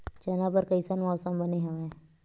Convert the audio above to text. चना बर कइसन मौसम बने हवय?